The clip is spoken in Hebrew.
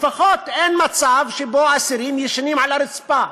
לפחות אין מצב שאסירים ישנים על הרצפה,